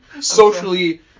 socially